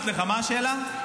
אני אשמח לענות לך, מה השאלה?